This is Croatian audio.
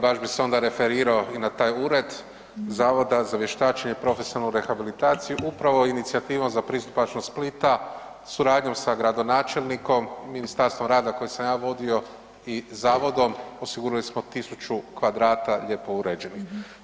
Baš bih se onda referirao i na taj ured Zavoda za vještačenje i profesionalnu rehabilitaciju, upravo inicijativom za pristupačnost Splita, suradnjom sa gradonačelnikom, Ministarstvom rada koji sam ja vodio i zavodom osigurali smo tisuću kvadrata lijepo uređenih.